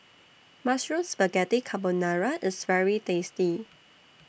Mushroom Spaghetti Carbonara IS very tasty